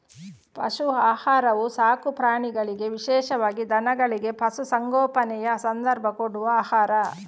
ಪಶು ಆಹಾರವು ಸಾಕು ಪ್ರಾಣಿಗಳಿಗೆ ವಿಶೇಷವಾಗಿ ದನಗಳಿಗೆ, ಪಶು ಸಂಗೋಪನೆಯ ಸಂದರ್ಭ ಕೊಡುವ ಆಹಾರ